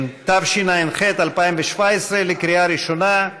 התשע"ח 2017, לקריאה ראשונה,